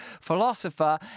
philosopher